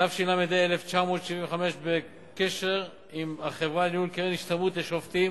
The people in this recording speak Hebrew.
התשנ"ג 1993, תועבר הסמכות האמורה לשר המשפטים